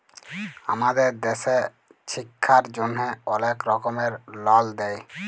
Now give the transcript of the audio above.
আমাদের দ্যাশে ছিক্ষার জ্যনহে অলেক রকমের লল দেয়